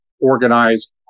organized